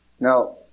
now